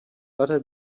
gotta